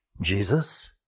Jesus